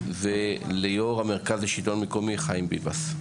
וליו"ר המרכז לשלטון מקומי - חיים ביבס.